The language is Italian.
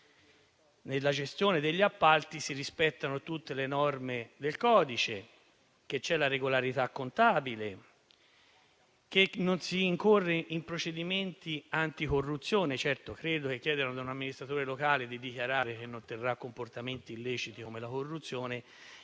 nella gestione degli appalti si rispettano tutte le norme del codice, che c'è la regolarità contabile e che non si incorre in procedimenti anticorruzione. Certo che, chiedendo ad un amministratore locale di dichiarare che non terrà comportamenti illeciti come la corruzione,